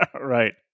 Right